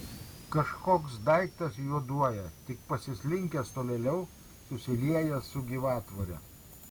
kažkoks daiktas juoduoja tik pasislinkęs tolėliau susiliejęs su gyvatvore